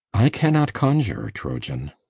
i cannot conjure, troyan.